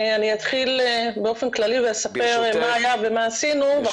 אני אתחיל באופן כללי לספר מה היה ומה עשינו -- דולי,